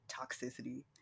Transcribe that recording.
toxicity